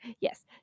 Yes